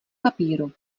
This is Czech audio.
papíru